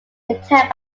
attempt